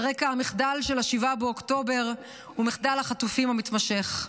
על רקע המחדל של 7 באוקטובר ומחדל החטופים המתמשך.